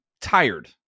tired